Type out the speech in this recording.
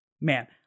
man